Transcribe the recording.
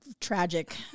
tragic